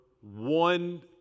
one